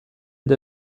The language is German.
der